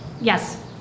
Yes